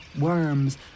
worms